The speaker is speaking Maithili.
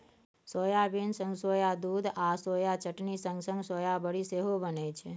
सोयाबीन सँ सोया दुध आ सोया चटनी संग संग सोया बरी सेहो बनै छै